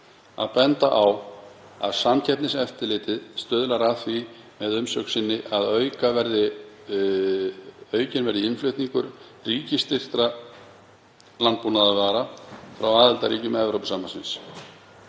að benda á að Samkeppniseftirlitið stuðlar að því, með umsögn sinni, að aukinn verði innflutningur ríkisstyrktra landbúnaðarvara frá aðildarríkjum Evrópusambandsins,